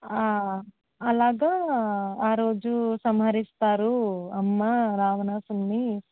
అలాగా ఆ రోజు సంహరిస్తారు అమ్మ రావణాసురుడిని